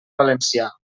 valencià